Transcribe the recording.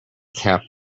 cap